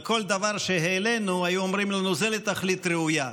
על כל דבר שהעלינו היו אומרים לנו: זה לתכלית ראויה.